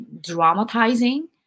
dramatizing